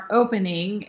opening